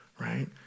right